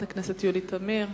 חברת הכנסת יולי תמיר.